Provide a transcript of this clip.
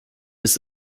ist